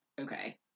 Okay